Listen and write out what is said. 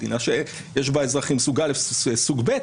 מדינה שיש בה אזרחים סוג א' וסוג ב'.